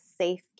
safe